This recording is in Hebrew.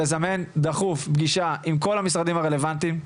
זה לזמן דחוף פגישה עם כל משרדי הממשלה הרלוונטיים.